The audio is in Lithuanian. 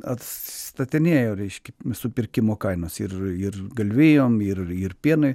atstatinėjo reiškia supirkimo kainos ir ir galvijom ir pienui